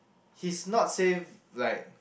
he's not safe like